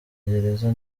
gereza